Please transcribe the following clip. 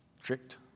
tricked